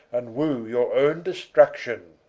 and woe your owne destruction